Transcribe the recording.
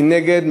מי נגד?